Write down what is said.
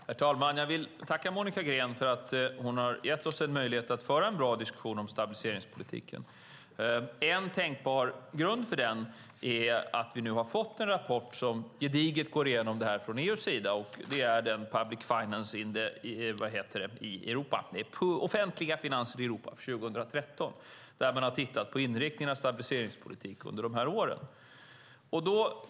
Herr talman! Jag vill tacka Monica Green för att hon har gett oss möjlighet att föra en bra diskussion om stabiliseringspolitiken. En tänkbar grund för den är att vi nu har fått en rapport som gediget går igenom det här från EU:s sida. Det är en rapport om offentliga finanser i Europa 2013 där man har tittat på stabiliseringspolitikens inriktning under de här åren.